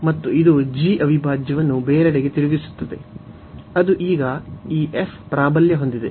ಮತ್ತು ಇದು g ಅವಿಭಾಜ್ಯವನ್ನು ಬೇರೆಡೆಗೆ ತಿರುಗಿಸುತ್ತದೆ ಅದು ಈಗ ಈ f ಪ್ರಾಬಲ್ಯ ಹೊಂದಿದೆ